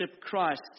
Christ